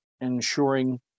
ensuring